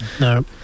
no